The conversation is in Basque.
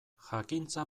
jakintza